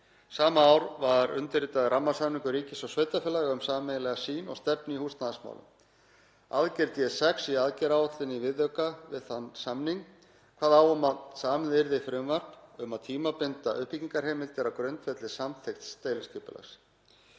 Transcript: Sama ár var undirritaður rammasamningur ríkis og sveitarfélaga um sameiginlega sýn og stefnu í húsnæðismálum. Aðgerð D6 í aðgerðaáætluninni í viðauka við þann samning kvað á um að samið yrði frumvarp um að tímabinda uppbyggingarheimildir á grundvelli samþykkts deiliskipulags.